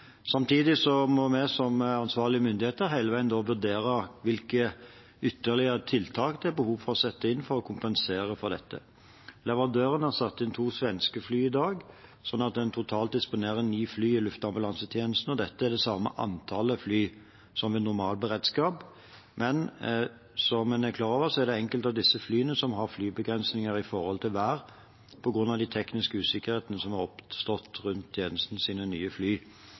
Samtidig må vi som ansvarlige myndigheter hele veien vurdere hvilke ytterligere tiltak det er behov for å sette inn, for å kompensere for dette. Leverandøren har satt inn to svenske fly i dag, sånn at en totalt disponerer ni fly i luftambulansetjenesten. Dette er samme antall fly som ved normal beredskap, men, som en er klar over, er det enkelte av disse flyene som har flybegrensninger med hensyn til vær, på grunn av de tekniske usikkerhetene som har oppstått rundt tjenestens nye fly.